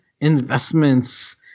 investments